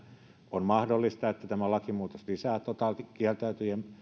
on mahdollista että tämä lakimuutos lisää totaalikieltäytyjien